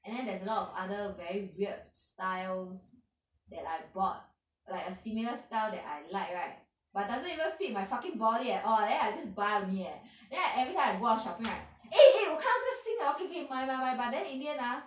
and then there's a lot of other very weird styles that I bought like a similar style that I like right but doesn't even fit my fucking body at all then I just buy only eh then I every time I go out shopping right eh eh 我看到这个新的 okay okay 买买买 but then in the end ah